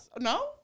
No